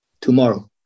tomorrow